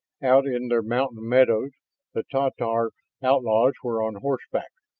out in their mountain meadows the tatar outlaws were on horseback,